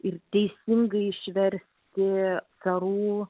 ir teisingai išversti karų